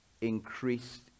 increased